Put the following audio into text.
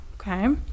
okay